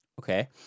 Okay